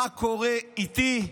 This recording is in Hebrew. של מה קורה איתי.